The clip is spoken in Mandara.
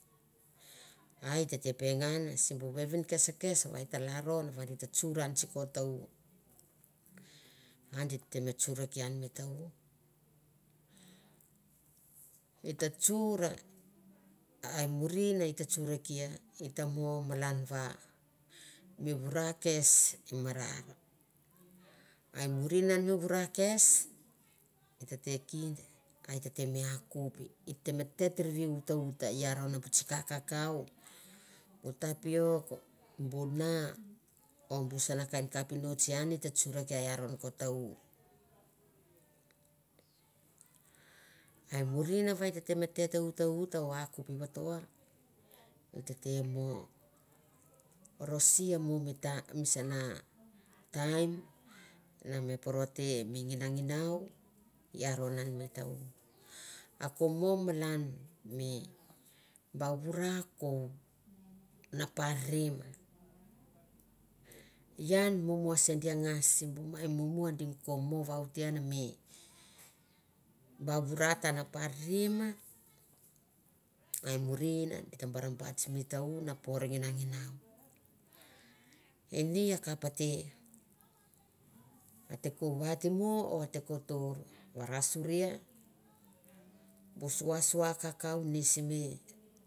A e tete pengan sitsmbu vevin keskes va e ta lalron va di tsor an siko ta- u. A di te me tsorkia an mi ta- u. I ta tsura ai murin e ta tsurakia, e ta mo malan va mi vura kes i marmar. A i murin an mi vura kes, e kinda, an di ta tsurakia ian i aron ko ta- u. A i murin va e tete et uta ut o akup vato, i tete mo rose mo mi taim mi sana taim na me poro te mi nginanginau i aron an mi ta- u. A ko mo malan. mi ba vura a ko napa rem. I am mumua se dia ngas simbu mai mum, ding ko mo voute an mi ba vura ta naparima i murin e ta ra bait sim ta- u na par nginaanginau. Ini akapate a te ko vat mo o ate ko tour varasoria bu sua kakau ni simi.